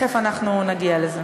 תכף אנחנו נגיע לזה.